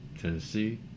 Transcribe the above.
Tennessee